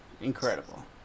incredible